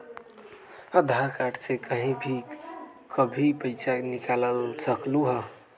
आधार card से कहीं भी कभी पईसा निकाल सकलहु ह?